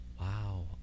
Wow